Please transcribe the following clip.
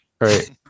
right